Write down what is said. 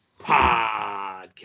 Podcast